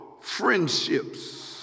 friendships